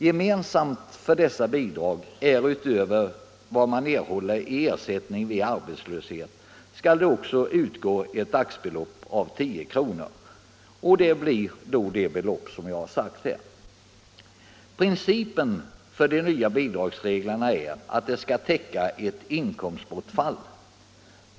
Gemensamt för dessa bidrag 20 maj 1975 är att utöver vad man erhåller i ersättning vid arbetslöshet skall utgå ett dagsbelopp av 10 kr. Arbetsmarknadsut Principen för de nya bidragsreglerna är att de skall täcka ett in — bildningen komstbortfall.